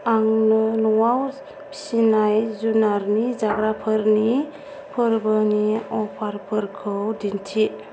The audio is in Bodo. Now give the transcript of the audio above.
आंनो न'आव फिसिनाय जुनारनि जाग्राफोरनि फोरबोनि अफारफोरखौ दिन्थि